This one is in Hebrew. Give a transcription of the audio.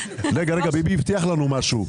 רגע, ביבי הבטיח לנו משהו.